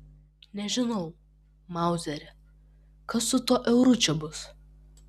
nežinau mauzeri kas su tuo euru čia bus